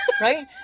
Right